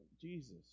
Jesus